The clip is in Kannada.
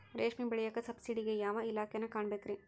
ರೇಷ್ಮಿ ಬೆಳಿಯಾಕ ಸಬ್ಸಿಡಿಗೆ ಯಾವ ಇಲಾಖೆನ ಕಾಣಬೇಕ್ರೇ?